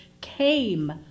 came